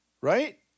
right